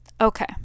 Okay